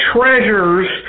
Treasures